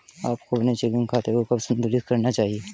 आपको अपने चेकिंग खाते को कब संतुलित करना चाहिए?